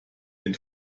den